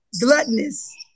gluttonous